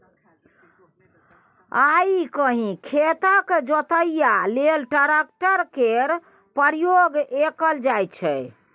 आइ काल्हि खेतक जोतइया लेल ट्रैक्टर केर प्रयोग कएल जाइ छै